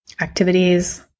Activities